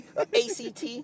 ACT